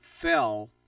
fell